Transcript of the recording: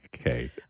Okay